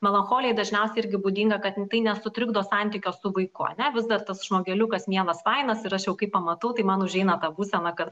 melancholijai dažniausiai irgi būdinga kad ne tai nesutrikdo santykio su vaiku ane vis dar tas žmogeliukas mielas fainas ir aš jau kai pamatau tai man užeina ta būsena kad